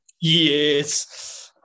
Yes